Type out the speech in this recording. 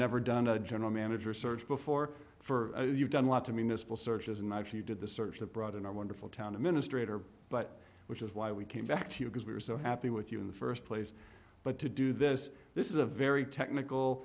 never done a general manager search before for you've done a lot to me miss bill searches and i actually did the search that brought in our wonderful town administrator but which is why we came back to you because we were so happy with you in the first place but to do this this is a very technical